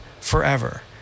forever